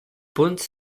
punts